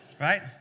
Right